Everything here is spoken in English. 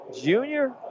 Junior